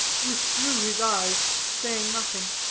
withdrew his eyes, saying nothing.